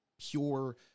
pure